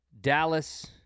Dallas –